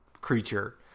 creature